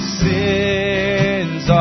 sins